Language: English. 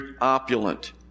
opulent